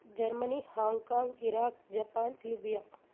Germany Hong Kong Iraq Japan Libya